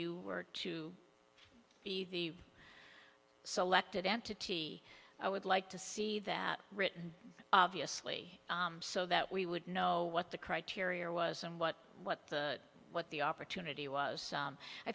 you were to be the selected entity i would like to see that written obviously so that we would know what the criteria was and what what the what the opportunity was